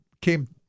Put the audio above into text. came